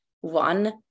one